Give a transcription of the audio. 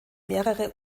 mehrere